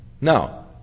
Now